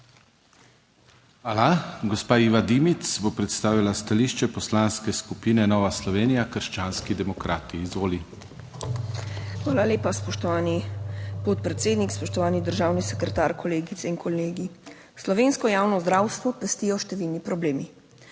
Hvala. Gospa Iva Dimic bo predstavila stališče Poslanske skupine Nova Slovenija - krščanski demokrati. Izvoli. IVA DIMIC (PS NSi): Hvala lepa spoštovani podpredsednik. Spoštovani državni sekretar, kolegice in kolegi! Slovensko javno zdravstvo pestijo številni problemi.